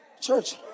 Church